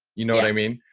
you know what i mean?